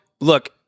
look